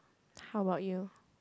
how about you